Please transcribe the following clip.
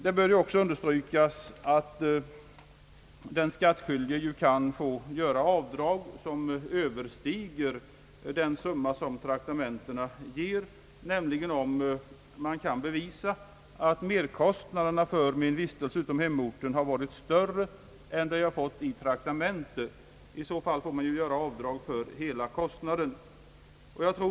Det bör ju även understrykas att den skattskyldige kan få göra avdrag som överstiger den summa som traktamentena ger, nämligen om den skattskyldige kan bevisa att merkostnaderna för hans vistelse utom hemorten har varit större än vad han har fått i traktamen te. I så fall får han ju göra avdrag för hela kostnaden.